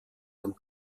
den